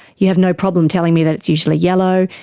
you have no problem telling me that it's usually yellow.